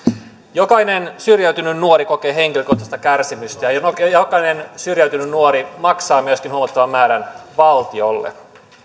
jokainen syrjäytynyt nuori kokee henkilökohtaista kärsimystä ja ja jokainen syrjäytynyt nuori myöskin maksaa huomattavan määrän valtiolle